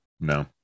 No